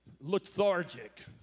lethargic